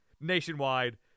nationwide